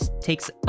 takes